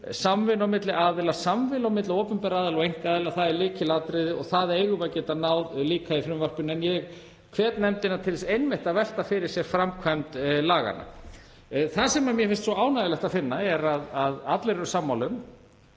samvinnu á milli aðila, samvinnu milli opinberra aðila og einkaaðila. Það er lykilatriði. Við eigum að geta náð því líka í frumvarpinu en ég hvet nefndina til þess að velta fyrir sér framkvæmd laganna. Það sem mér finnst svo ánægjulegt að finna að allir eru sammála